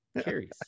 carries